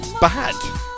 bad